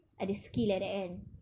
ada skill like that kan